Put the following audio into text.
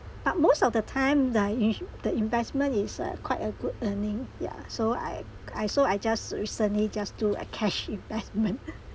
but most of the time the ish~the investment is uh quite uh good earning yeah so I I so I just recently just do a cash investment